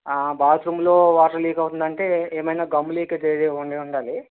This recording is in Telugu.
బాత్రూంలో వాటర్ లీక్ అవుతుందంటే ఎమైనా గమ్ లీకేజ్ ఉండి ఉండాలి